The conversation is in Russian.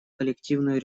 коллективную